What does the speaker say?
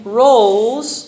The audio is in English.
roles